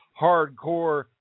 hardcore